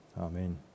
Amen